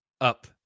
up